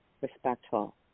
respectful